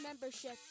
membership